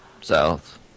South